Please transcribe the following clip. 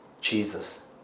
Jesus